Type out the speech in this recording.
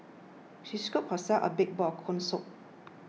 she scooped herself a big bowl of Corn Soup